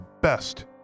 best